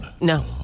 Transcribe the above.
No